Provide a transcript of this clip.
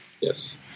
Yes